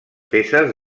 peces